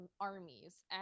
armies